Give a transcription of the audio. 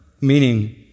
meaning